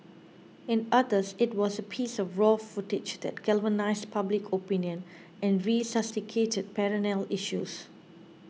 in others it was a piece of raw footage that galvanised public opinion and resuscitated perennial issues